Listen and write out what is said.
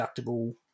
deductible